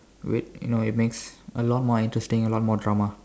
you know it makes a lot more interesting a lot more drama